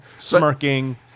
Smirking